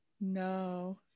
No